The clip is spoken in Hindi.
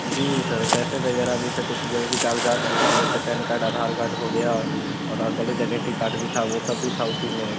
जी सर पैसे वग़ैरह भी थे कुछ ज़रूरी काग़ज़ात भी थी जैसे पैन कार्ड आधार कार्ड हो गया और हाँ कॉलेज आइडेंटी कार्ड भी था वह सब भी था उसी में